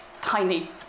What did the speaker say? tiny